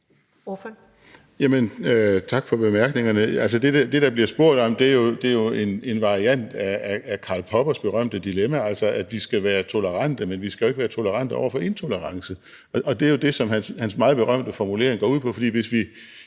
Dahl (LA): Tak for bemærkningerne. Det, der bliver spurgt om, er jo en variant af Karl Poppers berømte dilemma, altså at vi skal være tolerante, men at vi ikke skal være tolerante over for intolerance, og det er jo det, som hans meget berømte formulering går ud på. For hvis vi